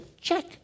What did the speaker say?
check